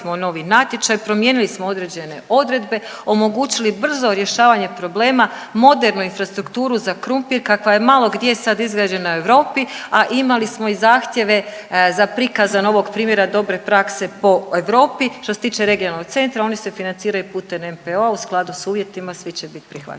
smo novi natječaj, promijenili smo određene odredbe, omogućili brzo rješavanje problema modernu infrastrukturu za krumpir kakva je malo gdje sad izgrađena u Europi, a imali smo i zahtjeve za prikaza novog primjera dobre prakse po Europi. Što se tiče regionalnog centra, oni se financiraju putem Nacionalnog plana oporavka i otpornosti